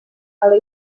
ale